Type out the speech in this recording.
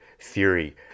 theory